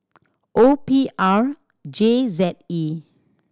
O P R J Z E